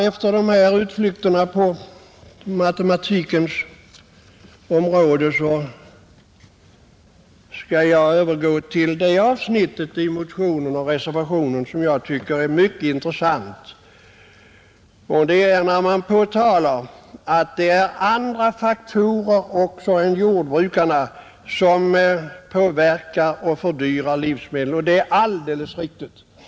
Efter dessa utflykter på matematikens område skall jag övergå till ett avsnitt i motionen som jag tycker är mycket intressant, och det är när man påtalar att det också är andra faktorer än jordbrukarna som påverkar och fördyrar livsmedlen, och det är alldeles riktigt.